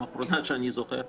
כן, אני שומע אותך.